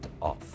off